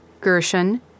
Gershon